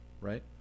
right